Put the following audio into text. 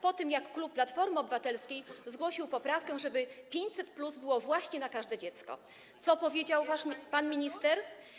Po tym, jak klub Platforma Obywatelska zgłosił poprawkę, żeby 500+ było właśnie na każde dziecko, co powiedział wasz pan minister?